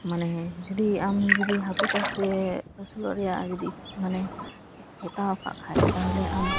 ᱢᱟᱱᱮ ᱡᱩᱫᱤ ᱟᱢ ᱡᱩᱫᱤ ᱦᱟᱹᱠᱩ ᱪᱟᱥᱛᱮ ᱟᱹᱥᱩᱞᱚᱜ ᱨᱮᱭᱟᱜ ᱡᱩᱫᱤ ᱢᱟᱱᱮ ᱜᱚᱴᱟᱣᱟᱠᱟᱜ ᱠᱷᱟᱱ ᱛᱟᱦᱚᱞᱮ ᱟᱢ